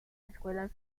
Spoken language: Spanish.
escuelas